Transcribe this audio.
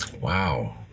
Wow